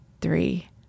three